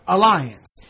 Alliance